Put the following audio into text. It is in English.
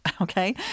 Okay